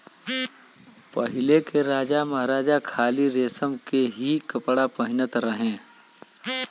पहिले राजामहाराजा खाली रेशम के ही कपड़ा पहिनत रहे